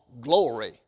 glory